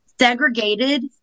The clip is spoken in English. segregated